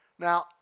Now